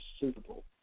suitable